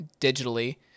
digitally